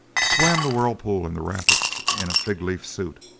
swam the whirlpool and the rapids in a fig-leaf suit.